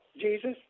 Jesus